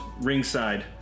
ringside